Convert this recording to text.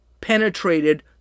penetrated